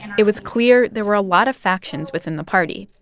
and it was clear there were a lot of factions within the party,